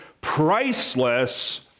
priceless